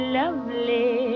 lovely